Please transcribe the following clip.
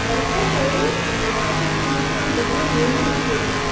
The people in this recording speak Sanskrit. वर्तते वर्तते किन्तु बहू न्यूनमस्ति एतत्